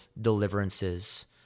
deliverances